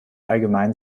allgemein